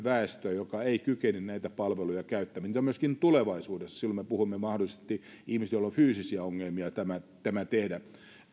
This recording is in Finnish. joka ei kykene näitä palveluja käyttämään heitä on myöskin tulevaisuudessa silloin me puhumme mahdollisesti ihmisistä joilla on fyysisiä ongelmia tämä tämä tehdä